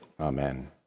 Amen